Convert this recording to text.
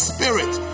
Spirit